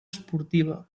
esportiva